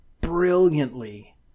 brilliantly